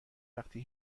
وقتی